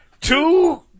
Two